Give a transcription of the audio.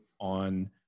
on